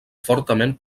fortament